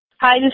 Hi